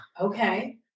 Okay